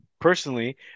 personally